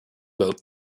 boat